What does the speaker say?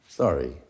sorry